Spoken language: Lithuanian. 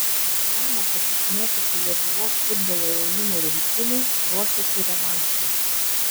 pamokas išmokusi lietuvos futbolo jaunimo rinktinė ruošiasi revanšui